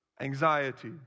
Anxiety